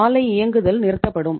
ஆலை இயங்குதல் நிறுத்தப்படும்